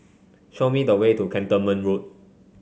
show me the way to Cantonment Road